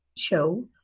show